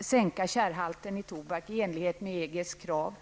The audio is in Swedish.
sänka tjärhalten i tobak i enlighet med EGs krav.